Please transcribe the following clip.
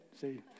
see